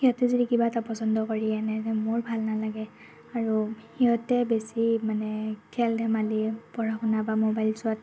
সিহঁতে যদি কিবা এটা পচণ্ড কৰি আনে মোৰ ভাল নালাগে আৰু সিহঁতে বেছি মানে খেল ধেমালি পঢ়া শুনা বা মোৱাইল চোৱাত